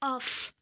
off